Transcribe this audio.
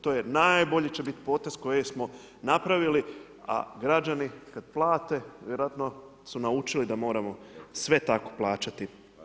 To je najbolji će bit potez koji smo napravili, a građani kad plate, vjerojatno su naučili da moramo sve tako plaćati.